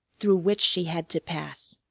through which she had to pass.